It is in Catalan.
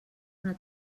una